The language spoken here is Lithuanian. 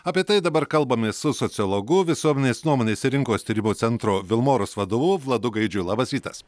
apie tai dabar kalbamės su sociologu visuomenės nuomonės ir rinkos tyrimų centro vilmorus vadovu vladu gaidžiu labas rytas